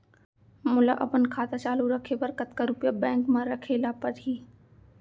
मोला अपन खाता चालू रखे बर कतका रुपिया बैंक म रखे ला परही?